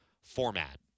format